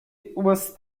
was